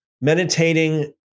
meditating